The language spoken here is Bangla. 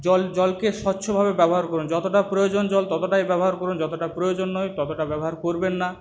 জল জলকে স্বচ্ছভাবে ব্যবহার করুন যতটা প্রয়োজন জল ততটাই ব্যবহার করুন যতটা প্রয়োজন নয় ততটা ব্যবহার করবেন না